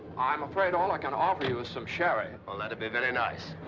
i'm afraid all i can offer you is some sherry. that'd be very nice.